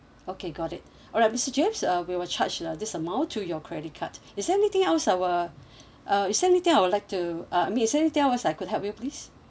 okay got it alright mister james uh we will charged uh this amount to your credit card is there anything else I will uh is there anything else I would like uh I mean is there anything else I could help you please